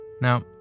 Now